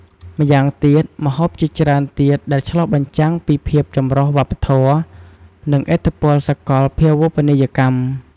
ម្យ៉ាងទៀត ម្ហូបជាច្រើនទៀតដែលឆ្លុះបញ្ចាំងពីភាពចម្រុះវប្បធម៌ និងឥទ្ធិពលសកលភាវូបនីយកម្ម។